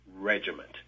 Regiment